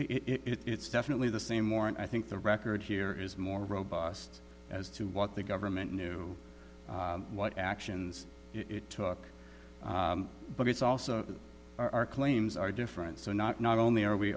think it's definitely the same more and i think the record here is more robust as to what the government knew what actions it took but it's also our claims are different so not not only are we